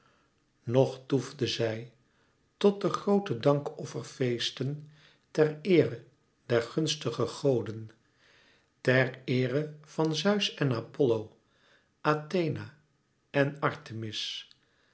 nog toefde zij tot de groote dankofferfeesten ter eere der gunstige goden ter eere van zeus en apollo athena en artemis